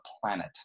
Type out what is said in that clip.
planet